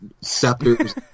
scepters